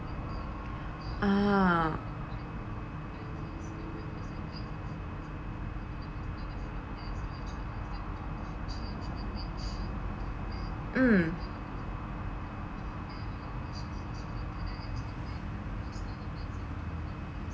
uh mm